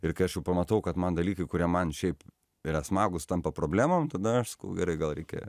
ir kai aš jau pamatau kad man dalykų kurie man šiaip yra smagūs tampa problemom tada aš sakau gerai gal reikia